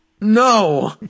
No